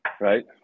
Right